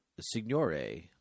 Signore